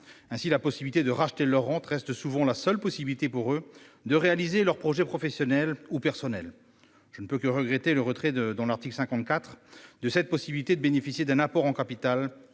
Ainsi, la possibilité de racheter leur rente reste souvent la seule possibilité pour eux de réaliser leurs projets professionnels ou personnels. Je ne peux que regretter le retrait, dans l'article 54, de cette possibilité de bénéficier d'un apport en capital